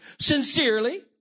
sincerely